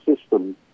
system